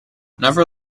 never